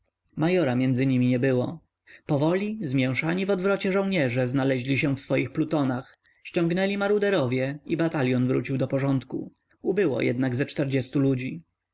majora między nimi nie było powoli zmięszani w odwrocie żołnierze znaleźli się w swoich plutonach ściągnęli maruderowie i batalion wrócił do porządku ubyło jednak ze czterdziestu ludzi